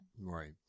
Right